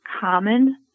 common